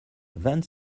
vingt